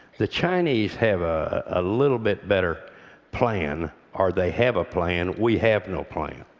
the chinese have a little bit better plan or they have a plan we have no plan.